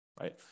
right